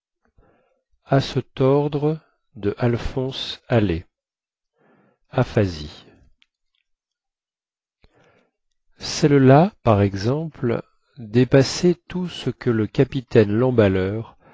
aphasie celle-là par exemple dépassait tout ce que le capitaine lemballeur